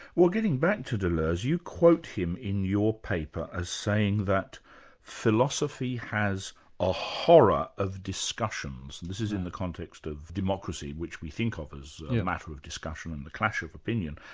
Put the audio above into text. well getting back to deleuze you quote him in your paper as saying that philosophy has a horror of discussions, this is in the context of democracy which we think of as a matter of discussion, and a clash of opinion.